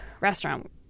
restaurant